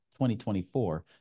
2024